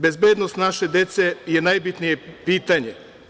Bezbednost naše dece je najbitnije pitanje.